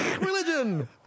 Religion